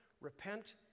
Repent